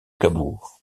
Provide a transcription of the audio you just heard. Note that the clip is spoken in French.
cabourg